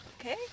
okay